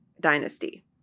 dynasty